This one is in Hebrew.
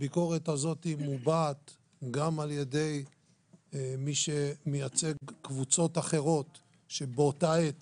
הביקורת הזאת מובעת גם על ידי מי שמייצג קבוצות אחרות שבאותה עת